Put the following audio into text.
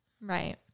Right